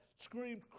screamed